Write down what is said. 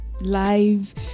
live